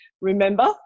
remember